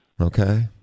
Okay